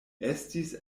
estis